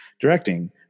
directing